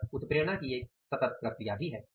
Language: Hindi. यह उत्प्रेरणा की एक सतत प्रक्रिया भी है